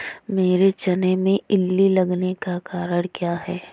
मेरे चने में इल्ली लगने का कारण क्या है?